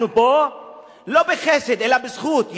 אנחנו פה לא בחסד אלא בזכות.